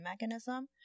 mechanism